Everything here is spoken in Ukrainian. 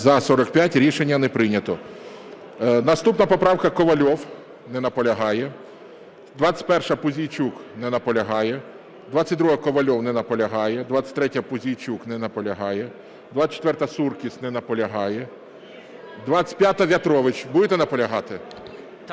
За-45 Рішення не прийнято. Наступна поправка, Ковальов. Не наполягає. 21-а, Пузійчук. Не наполягає. 22-а, Ковальов. Не наполягає. 23-я, Пузійчук. Не наполягає. 24-а, Суркіс. Не наполягає. 25-а, В'ятрович. Будете наполягати?